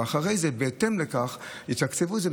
ואחרי זה ובהתאם לכך יתקצבו את זה,